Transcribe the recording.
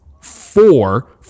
four